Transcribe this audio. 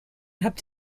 habt